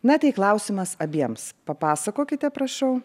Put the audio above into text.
na tai klausimas abiems papasakokite prašau